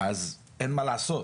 אז אין מה לעשות.